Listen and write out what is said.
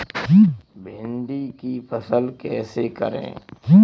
भिंडी की फसल कैसे करें?